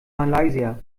malaysia